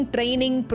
Training